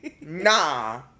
nah